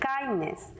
kindness